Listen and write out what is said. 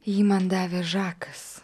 jį man davė žakas